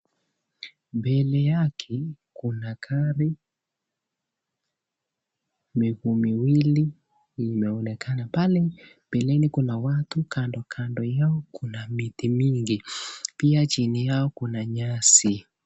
Mbele yake kuna gari miguu miwili imeonekana, pale mbeleni kuna watu Kando kando yao kuna miti mingi pia chini yao kuna nyasi.